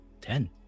ten